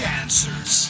answers